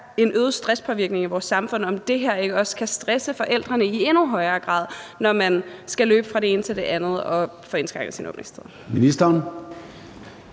en øget stresspåvirkning i vores samfund, ikke også kan stresse forældrene i endnu højere grad, når man skal løbe fra det ene til det andet og får indskrænket daginstitutionens